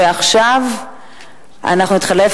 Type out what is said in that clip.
עכשיו אנחנו נתחלף,